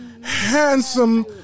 handsome